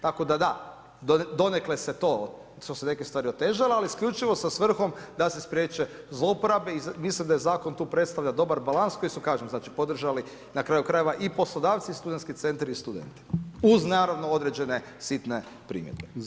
Tako da da, donekle se to, su se neke stvari otežale ali isključivo sa svrhom da se spriječe zlouporabe i mislim da zakon tu predstavlja dobar balans koji su kažem znači podržali na kraju krajeva i poslodavci i studentski centri i studenti uz naravno određene sitne primjedbe.